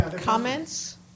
Comments